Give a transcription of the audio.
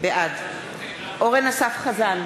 בעד אורן אסף חזן,